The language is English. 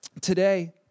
today